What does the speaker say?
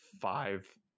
five